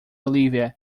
olivia